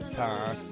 time